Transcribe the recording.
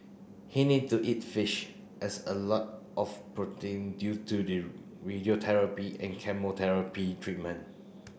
he need to eat fish as a lot of protein due to the radiotherapy and chemotherapy treatment